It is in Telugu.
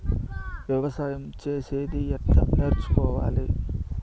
వ్యవసాయం చేసేది ఎట్లా నేర్చుకోవాలి?